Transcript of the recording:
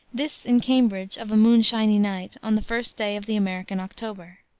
this in cambridge, of a moonshiny night, on the first day of the american october.